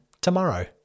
tomorrow